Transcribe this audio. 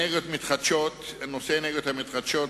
נושא האנרגיות המתחדשות,